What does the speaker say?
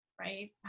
right